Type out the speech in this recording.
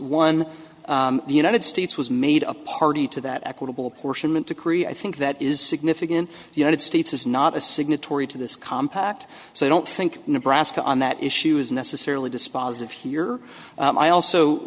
one the united states was made a party to that equitable portion went to korea i think that is significant the united states is not a signatory to this compact so i don't think nebraska on that issue is necessarily dispositive here i also